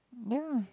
ya